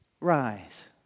Rise